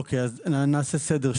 נעשה סדר.